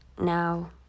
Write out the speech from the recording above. now